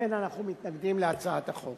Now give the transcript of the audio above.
לכן אנחנו מתנגדים להצעת החוק.